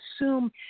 assume